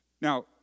Now